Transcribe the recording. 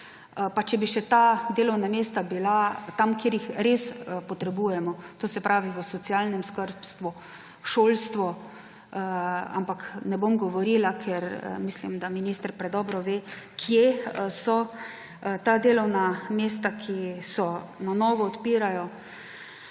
če bi še ta delovna mesta bila tam, kjer jih res potrebujemo, se pravi v socialnem skrbstvu, šolstvu, ampak ne bom govorila, ker mislim, da minister predobro ve, kje so ta delovna mesta, ki se na novo odpirajo.